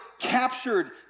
captured